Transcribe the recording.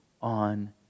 on